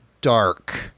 dark